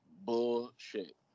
bullshit